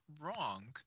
wrong